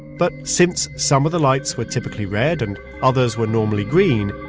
but since some of the lights were typically red and others were normally green,